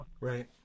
right